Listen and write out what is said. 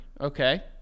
okay